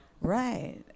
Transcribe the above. Right